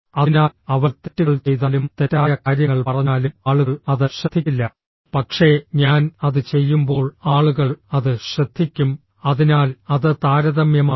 അതിനാൽ അവൾ തെറ്റുകൾ ചെയ്താലും തെറ്റായ കാര്യങ്ങൾ പറഞ്ഞാലും ആളുകൾ അത് ശ്രദ്ധിക്കില്ല പക്ഷേ ഞാൻ അത് ചെയ്യുമ്പോൾ ആളുകൾ അത് ശ്രദ്ധിക്കും അതിനാൽ അത് താരതമ്യമാണ്